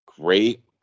Great